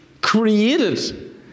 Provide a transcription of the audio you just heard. created